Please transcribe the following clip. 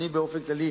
באופן כללי,